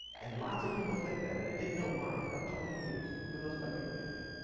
and lots of people think that, and i didn't know why for like twenty years. who knows why people think that?